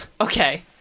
Okay